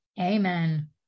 Amen